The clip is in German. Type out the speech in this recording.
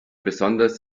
besonders